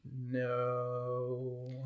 No